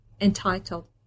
entitled